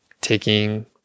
taking